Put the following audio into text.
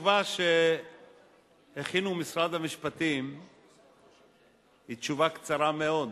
התשובה שהכינו במשרד המשפטים היא תשובה קצרה מאוד,